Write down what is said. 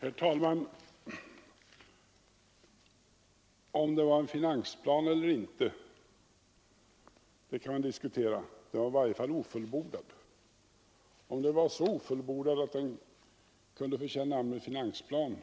Herr talman! Om det var en finansplan eller inte kan man diskutera — den var i varje fall ofullbordad. Om den var så ofullbordad att den kanske inte förtjänade namnet finansplan